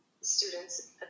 students